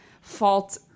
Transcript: fault